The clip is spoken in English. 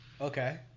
Okay